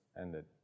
ended